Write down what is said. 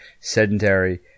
sedentary